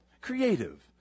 creative